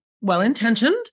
well-intentioned